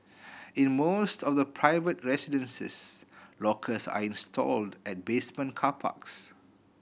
in most of the private residences lockers are installed at basement car parks